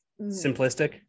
simplistic